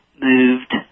moved